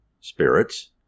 spirits